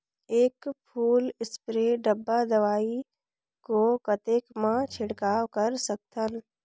एक full spray डब्बा दवाई को कतेक म छिड़काव कर सकथन?